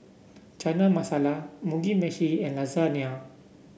Chana Masala Mugi Meshi and Lasagna